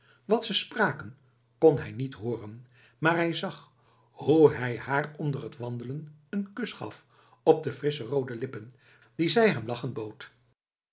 wat ze spraken kon hij niet hooren maar hij zag hoe hij haar onder t wandelen een kus gaf op de frissche roode lippen die zij hem lachend bood